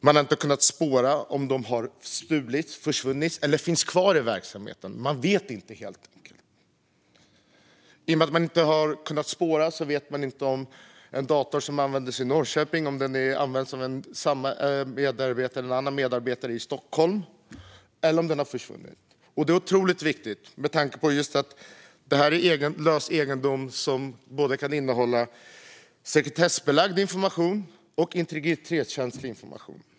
Man har inte kunnat spåra om de har stulits, försvunnit eller finns kvar i verksamheten. Man vet inte, helt enkelt. I och med att man inte kunnat spåra vet man inte om en dator som har använts i Norrköping används av samma eller en annan medarbetare i Stockholm eller om den har försvunnit. Det här är otroligt viktigt med tanke på att detta är lös egendom som kan innehålla både sekretessbelagd information och integritetskänslig information.